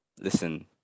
listen